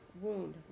wound